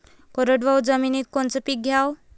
कोरडवाहू जमिनीत कोनचं पीक घ्याव?